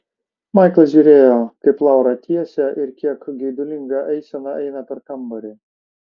maiklas žiūrėjo kaip laura tiesia ir kiek geidulinga eisena eina per kambarį